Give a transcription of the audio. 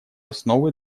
основы